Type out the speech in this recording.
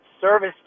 service